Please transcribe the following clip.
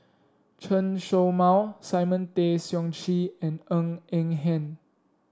Chen Show Mao Simon Tay Seong Chee and Ng Eng Hen